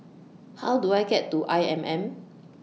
How Do I get to I M M